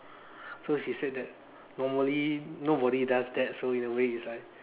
so she said that normally nobody does that so in a way is like